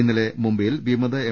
ഇന്നലെ മുംബൈയിൽ വിമത എം